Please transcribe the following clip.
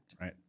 Right